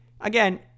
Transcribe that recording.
again